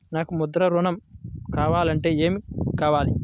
నాకు ముద్ర ఋణం కావాలంటే ఏమి కావాలి?